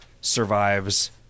survives